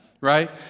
right